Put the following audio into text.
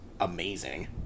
amazing